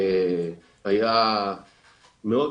הייתה מאוד קשה.